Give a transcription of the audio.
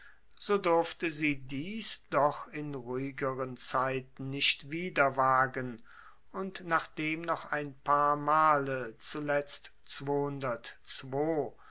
so durfte sie dies doch in ruhigeren zeiten nicht wieder wagen und nachdem noch ein paar male